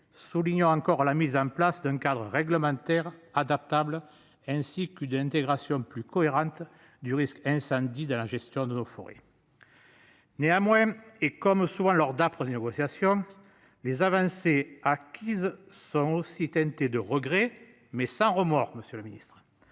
soulignant encore la mise en place d'un cadre réglementaire adaptable ainsi qu'une intégration plus cohérente du risque incendie dans la gestion de nos forêts. Néanmoins, et comme souvent lors d'âpres négociations les avancées acquises sont aussi teintée de regrets, mais sans remords. Monsieur le Ministre,